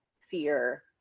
fear